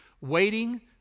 waiting